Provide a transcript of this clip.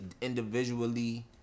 individually